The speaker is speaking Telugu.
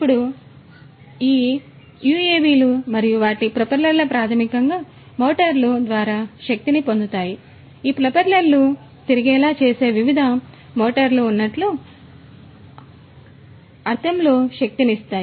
ఇప్పుడు ఈ యుఎవిలు మరియు వాటి ప్రొపెల్లర్లు ప్రాథమికంగా మోటార్లు ద్వారా శక్తిని పొందుతాయి ఈ ప్రొపెల్లర్లు తిరిగేలా చేసే వివిధ మోటార్లు ఉన్నట్లు అర్ధంలో శక్తినిస్తాయి